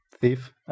Thief